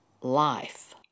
life